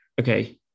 Okay